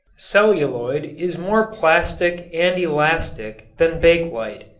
celluloid is more plastic and elastic than bakelite.